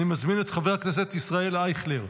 אני מזמין את חבר הכנסת ישראל אייכלר,